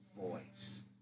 voice